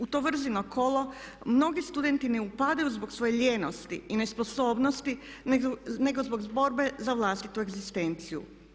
U to vrzino kolo mnogi studenti ne upadaju zbog svoje lijenosti i nesposobnosti, nego zbog borbe za vlastitu egzistenciju.